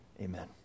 amen